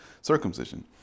circumcision